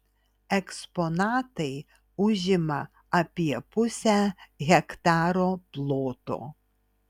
eksponatai užima apie pusę hektaro ploto